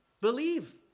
believe